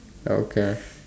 okay